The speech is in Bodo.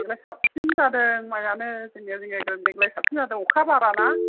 देग्लाय साबसिन जादों माइआनो जोंनिया जोंनिया देग्लाय साबसिन जादों अखा बाराना